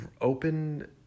open